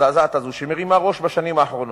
שמרימה ראש בשנים האחרונות,